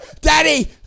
Daddy